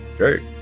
Okay